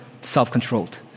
self-controlled